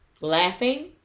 laughing